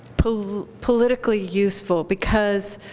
politically useful, because